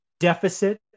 Deficit